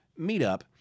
meetup